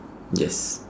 yes